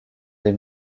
des